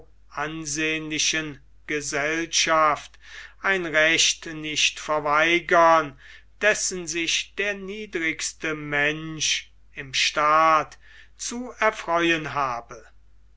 ansehnlichen gesellschaft ein recht nicht verweigern dessen sich der niedrigste mensch im staat zu erfreuen habe